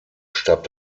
starb